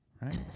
right